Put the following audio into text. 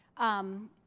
um,